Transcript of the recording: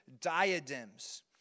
diadems